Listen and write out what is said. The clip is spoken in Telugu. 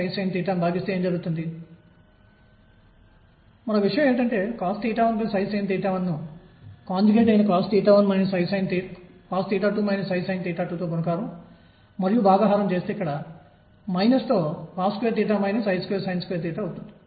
ఈ సమాకలనిని లెక్కించండి నేను x2Em2 sin అని తీసుకుంటాను కాబట్టి dx 2Em2 cos d మరియు పరిమితులు 2 నుండి 2 వరకు ఉంటాయి